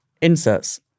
Inserts